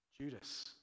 Judas